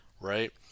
right